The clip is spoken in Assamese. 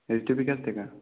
ঋতুবিকাশ ডেকা